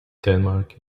denmark